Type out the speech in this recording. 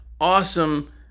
awesome